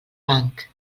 banc